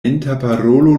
interparolo